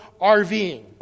RVing